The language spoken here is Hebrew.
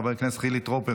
חבר הכנסת חילי טרופר,